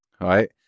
right